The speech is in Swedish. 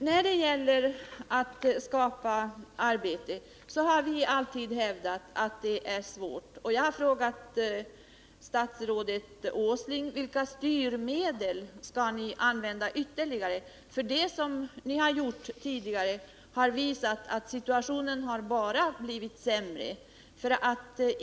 sättningen i Norr Att skapa arbete är svårt, det har vi alltid hävdat. Jag har frågat statsrådet — botten Åsling vilka ytterligare styrmedel ni skall använda, för det som ni har gjort tidigare har visat att situationen bara har blivit sämre.